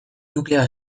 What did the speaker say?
nukleoa